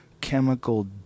chemical